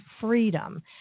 freedom